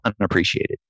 unappreciated